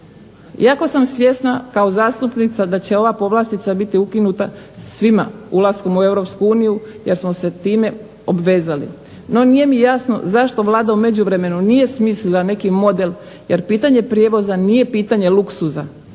iako sam svjesna kao zastupnica da će ova povlastica biti ukinuta svima ulaskom u Europsku uniju jer smo se time obvezali. No nije mi jasno zašto Vlada u međuvremenu nije smislila neki model jer pitanje prijevoza nije pitanje luksuza